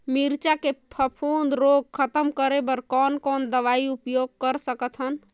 मिरचा के फफूंद रोग खतम करे बर कौन कौन दवई उपयोग कर सकत हन?